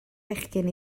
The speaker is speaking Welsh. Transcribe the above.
bechgyn